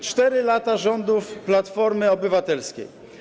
4 lata rządów Platformy Obywatelskiej.